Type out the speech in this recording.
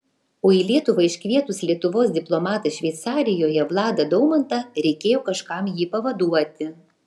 o į lietuvą iškvietus lietuvos diplomatą šveicarijoje vladą daumantą reikėjo kažkam jį pavaduoti